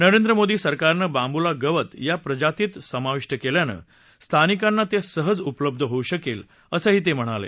नरेंद्र मोदी सरकारनं बांबूला गवत या प्रजातीत समाविष्ट केल्यानं स्थानिकांना ते सहज उपलब्ध होऊ शकेल असंही ते म्हणाले